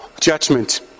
judgment